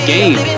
Game